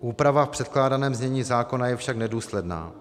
Úprava v předkládaném znění zákona je však nedůsledná.